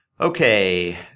Okay